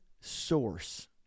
source